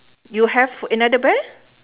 you have another bear